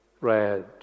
read